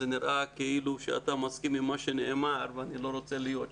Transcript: זה נראה כאילו שאתה מסכים עם מה שנאמר ואני לא רוצה להיות שם.